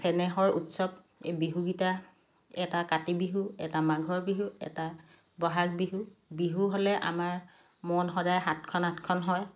চেনেহৰ উৎসৱ এই বিহুকেইটা এটা কাতি বিহু এটা মাঘৰ বিহু এটা বহাগ বিহু বিহু হ'লে আমাৰ মন সদায় সাতখন আঠখন হয়